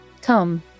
Come